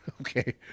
Okay